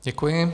Děkuji.